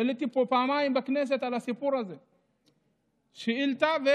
העליתי פה פעמיים בכנסת שאילתה על הסיפור הזה,